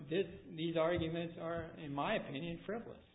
this is these arguments are in my opinion a frivolous